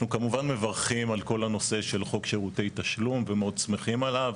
אנחנו כמובן מברכים על כל הנושא של חוק שירותי תשלום ומאוד שמחים עליו,